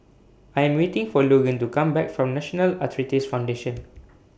I Am waiting For Logan to Come Back from National Arthritis Foundation